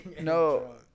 No